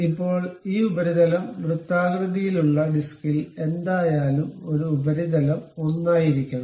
ഇപ്പോൾ ഈ ഉപരിതലം വൃത്താകൃതിയിലുള്ള ഡിസ്കിൽ എന്തായാലും ഈ ഉപരിതലം ഒന്നായിരിക്കണം